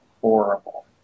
horrible